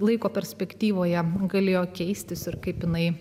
laiko perspektyvoje galėjo keistis ir kaip jinai